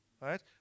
right